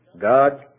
God